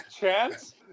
chance